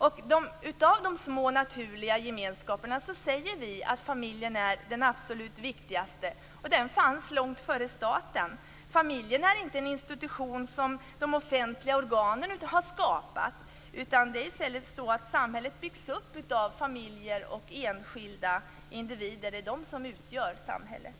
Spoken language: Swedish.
Och av de små, naturliga gemenskaperna säger vi att familjen är den absolut viktigaste. Den fanns långt före staten. Familjen är inte en institution som de offentliga organen har skapat, utan i stället är det samhället som byggs upp av familjer och enskilda individer. Det är dessa som utgör samhället.